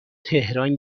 تهران